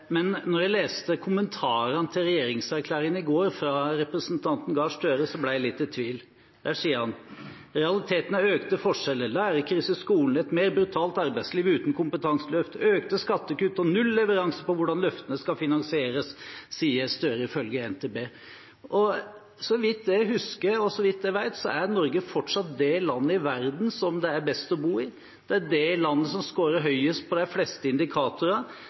Men da jeg leste representanten Gahr Støres kommentar til regjeringserklæringen i går, ble jeg litt i tvil. Der sier han ifølge NTB: «Realiteten er økte forskjeller, lærerkrise i skolen, et mer brutalt arbeidsliv uten kompetanseløft, økte skattekutt og null leveranse på hvordan løftene skal finansieres.» Så vidt jeg husker, og så vidt jeg vet, er Norge fortsatt det landet i verden som det er best å bo i. Det er landet som skårer høyest på de fleste indikatorer.